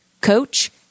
coach